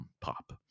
pop